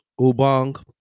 Ubang